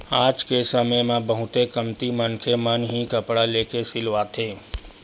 आज के समे म बहुते कमती मनखे मन ही कपड़ा लेके सिलवाथे